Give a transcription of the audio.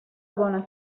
bona